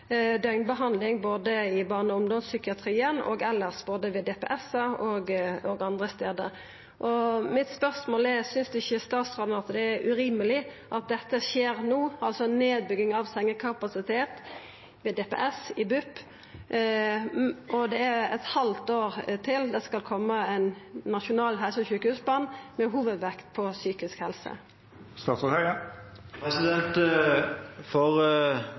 døgnbehandling, både i barne- og ungdomspsykiatrien og elles ved DPS-ar og andre stader. Spørsmålet mitt er: Synest ikkje statsråden at det er urimeleg at dette skjer no, altså nedbygging av sengekapasitet ved DPS i BUP? Det er eit halvt år til det skal koma ein nasjonal helse- og sjukehusplan med hovudvekt på psykisk helse. For